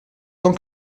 tant